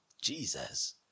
Jesus